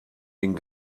den